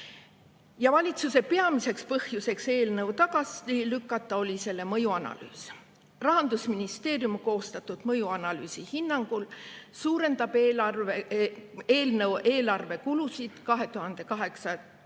Valitsuse peamine põhjus eelnõu tagasilükkamiseks oli selle mõjuanalüüs. Rahandusministeeriumi koostatud mõjuanalüüsi hinnangul suurendab eelnõu eelarve kulusid 2027.